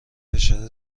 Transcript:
فشار